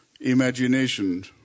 imagination